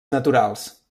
naturals